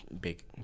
big